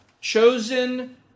chosen